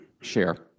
share